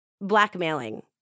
blackmailing